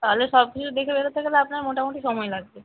তাহলে সব কিছু দেখে বেড়াতে গেলে আপনার মোটামুটি সময় লাগবে